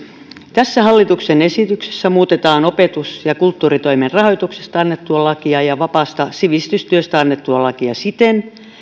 tässä hallituksen esityksessä muutetaan opetus ja kulttuuritoimen rahoituksesta annettua lakia ja vapaasta sivistystyöstä annettua lakia siten